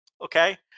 okay